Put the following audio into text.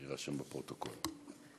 יירשם בפרוטוקול.